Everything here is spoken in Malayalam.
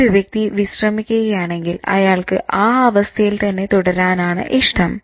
ഒരു വ്യക്തി വിശ്രമിക്കുകയാണെങ്കിൽ അയാൾക്ക് ആ അവസ്ഥയിൽ തന്നെ തുടരാനാണ് ഇഷ്ടം